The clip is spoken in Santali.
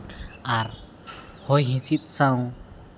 ᱟᱨ ᱦᱚᱭ ᱦᱤᱸᱥᱤᱫ ᱥᱟᱶ